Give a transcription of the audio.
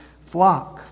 flock